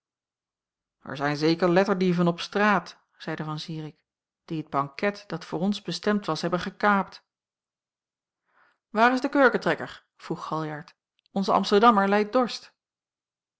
er zijn zeker letterdieven op straat zeide van zirik die het banket dat voor ons bestemd was hebben gekaapt waar is de kurketrekker vroeg galjart onze amsterdammer lijdt dorst